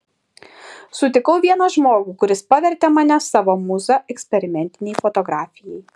sutikau vieną žmogų kuris pavertė mane savo mūza eksperimentinei fotografijai